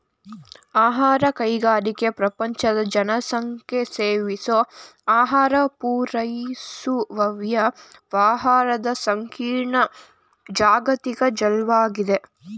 ಆಹಾರ ಕೈಗಾರಿಕೆ ಪ್ರಪಂಚದ ಜನಸಂಖ್ಯೆಸೇವಿಸೋಆಹಾರಪೂರೈಸುವವ್ಯವಹಾರದಸಂಕೀರ್ಣ ಜಾಗತಿಕ ಜಾಲ್ವಾಗಿದೆ